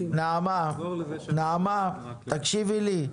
נעמה, תקשיבי לי.